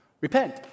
repent